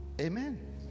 amen